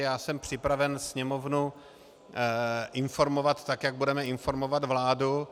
Já jsem připraven Sněmovnu informovat tak, jak budeme informovat vládu.